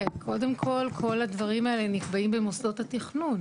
או לחילופין תקריסו את כל השלטון המקומי ובזאת תבוא עליכם הברכה.